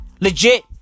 Legit